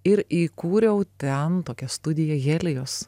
ir įkūriau ten tokia studija helios